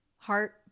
heart